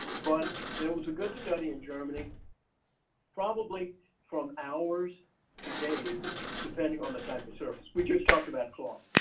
but there was a good study in germany probably from hours to days depending on the type of surface. we just talked about cloth.